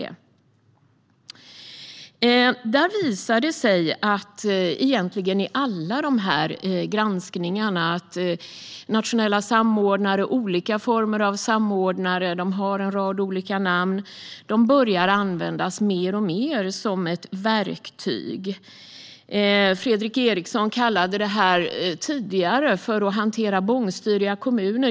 Det visar sig, egentligen i alla dessa granskningar, att nationella samordnare och olika former av samordnare - de har en rad olika namn - alltmer börjar användas som ett verktyg. Fredrik Eriksson kallade detta tidigare som ett sätt att hantera bångstyriga kommuner.